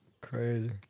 Crazy